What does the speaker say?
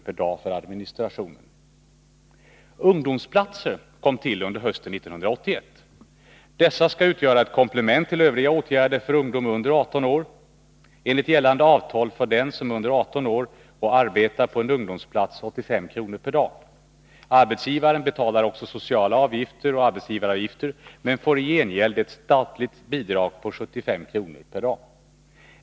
per dag för administration. Ungdomsplatserna kom till under hösten 1981. Dessa skall utgöra ett komplement till övriga åtgärder för ungdom under 18 år. Enligt gällande avtal får den som är under 18 år och arbetar på en ungdomsplats 85 kr. per dag. Arbetsgivaren betalar också sociala avgifter och arbetsgivaravgifter men får i gengäld ett statligt bidrag på 75 kr. per dag.